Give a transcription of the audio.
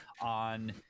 on